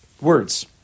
words